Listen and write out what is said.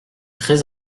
très